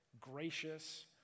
gracious